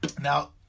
Now